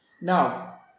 Now